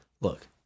Look